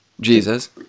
Jesus